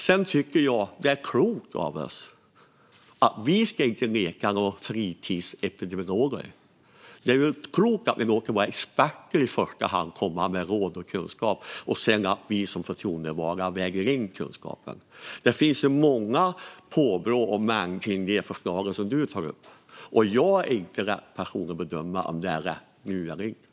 Sedan tycker jag att det är klokt av oss att inte leka fritidsepidemiologer. Det är klokt att vi i första hand låter våra experter komma med råd och kunskap och att vi sedan som förtroendevalda väger in kunskapen. Det finns ju många om och men kring de förslag som du tar upp, och jag är inte rätt person att bedöma om de är rätt nu eller inte.